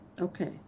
Okay